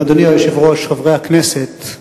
אדוני היושב-ראש, חברי הכנסת,